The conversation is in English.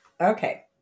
okay